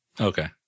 Okay